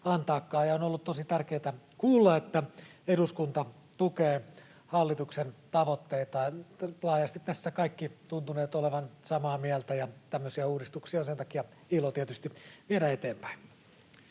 on ollut tosi tärkeätä kuulla, että eduskunta tukee hallituksen tavoitteita laajasti — tässä kaikki ovat tuntuneet olevan samaa mieltä — ja tämmöisiä uudistuksia on sen takia ilo tietysti viedä eteenpäin.